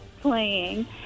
playing